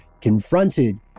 confronted